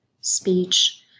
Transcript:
speech